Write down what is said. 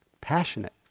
passionate